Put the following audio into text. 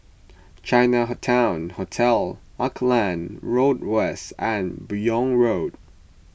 Chinatown Hotel Auckland Road West and Buyong Road